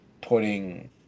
putting